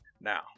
Now